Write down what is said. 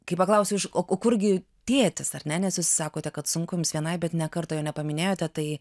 kai paklausiau iš o o kurgi tėtis ar ne nes jūs sakote kad sunku jums vienai bet ne kartą jo nepaminėjote tai